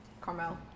Carmel